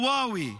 ומתרגם:)